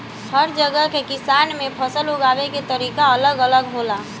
हर जगह के किसान के फसल उगावे के तरीका अलग अलग होला